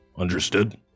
Understood